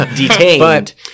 Detained